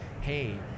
hey